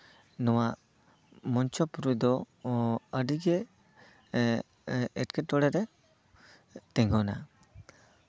ᱱᱚᱣᱟ ᱢᱚᱧᱪᱚ ᱨᱮᱫᱚ ᱟᱹᱰᱤᱜᱮ ᱮᱜ ᱮᱴᱠᱮᱴᱚᱲᱮᱨᱮ ᱛᱤᱜᱩᱱᱟ